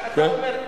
כשאתה אומר: